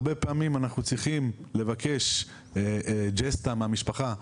הרבה פעמים אנחנו צריכים לבקש ג'סטה מהמשפחה,